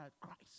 Christ